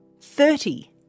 thirty